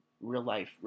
real-life